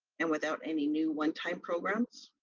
and without any new one-time programs.